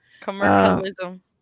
commercialism